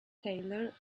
taylor